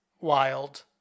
wild